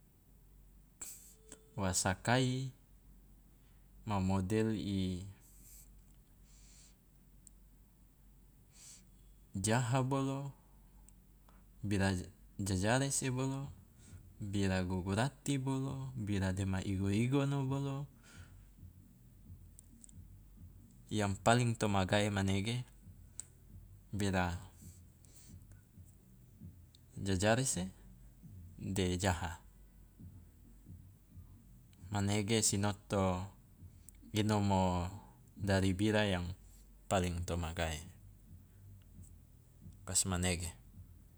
Wa sakai ma model i jaha bolo, bira jajarese, bira gugurati bolo, bira dema igo- igono bolo, yang paling to magae manege bira jajarese de jaha, manege sinoto inomo dari bira yang paling to magae, ka sokmanege.